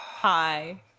Hi